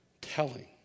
telling